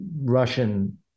Russian